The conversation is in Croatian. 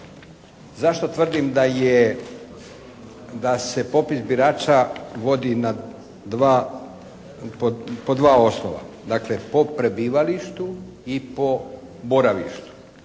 Zašto tvrdim da se popis birača vodi na dva, po dva osnova, dakle po prebivalištu i po boravištu